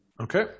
Okay